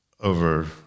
over